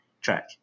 Track